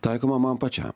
taikoma man pačiam